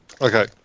Okay